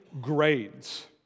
grades